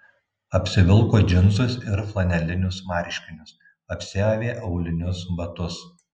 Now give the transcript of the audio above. apsivilko džinsus ir flanelinius marškinius apsiavė aulinius batus